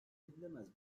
edilemez